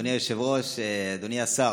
אדוני היושב-ראש, אדוני השר,